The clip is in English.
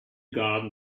garden